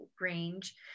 range